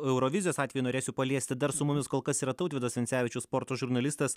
eurovizijos atvejį norėsiu paliesti dar su mumis kol kas yra tautvydas vencevičius sporto žurnalistas